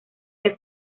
que